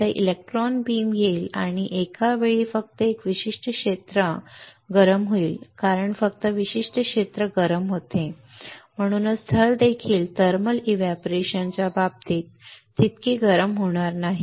आता electron beam येईल आणि एका वेळी फक्त एक विशिष्ट क्षेत्र फक्त एक विशिष्ट क्षेत्र गरम होईल कारण फक्त विशिष्ट क्षेत्र गरम होते म्हणूनच थर देखील थर्मल एव्हपोरेशन च्या बाबतीत तितके गरम होणार नाही